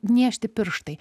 niežti pirštai